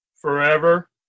Forever